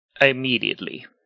Immediately